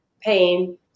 pain